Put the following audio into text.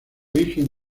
virgen